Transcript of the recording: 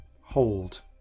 hold